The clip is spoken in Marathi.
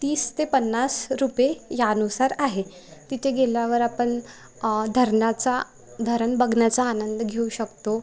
तीस ते पन्नास रुपये यानुसार आहे तिथे गेल्यावर आपण धरणाचा धरण बघण्याचा आनंद घेऊ शकतो